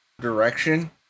Direction